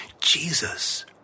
Jesus